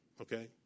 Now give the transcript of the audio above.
okay